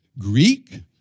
Greek